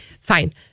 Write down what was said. Fine